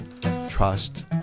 trust